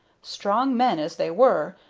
strong men as they were,